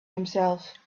himself